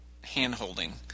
hand-holding